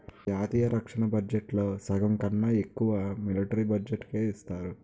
జాతీయ రక్షణ బడ్జెట్లో సగంకన్నా ఎక్కువ మిలట్రీ బడ్జెట్టుకే ఇస్తారు